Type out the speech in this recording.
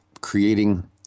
creating